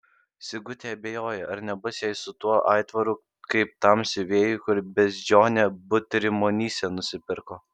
sigutė abejoja ar nebus jai su tuo aitvaru kaip tam siuvėjui kur beždžionę butrimonyse nusipirko